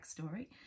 backstory